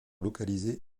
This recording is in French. localiser